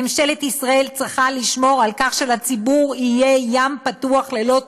ממשלת ישראל צריכה לשמור על כך שלציבור יהיה ים פתוח ללא תמורה,